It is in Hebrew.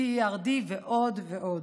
CERD, ועוד ועוד.